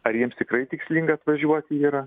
ar jiems tikrai tikslinga atvažiuoti yra